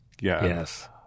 Yes